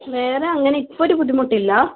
വേറെ അങ്ങനെ ഇപ്പോൾ ഒരു ബുദ്ധിമുട്ടില്ല